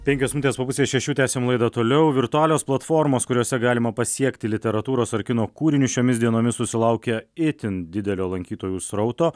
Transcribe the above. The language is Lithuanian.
penkios minutės po pusės šešių tęsiam laidą toliau virtualios platformos kuriose galima pasiekti literatūros ar kino kūrinius šiomis dienomis susilaukia itin didelio lankytojų srauto